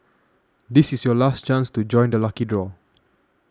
this is your last chance to join the lucky draw